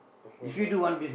offer her